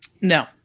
No